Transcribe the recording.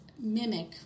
mimic